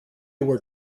were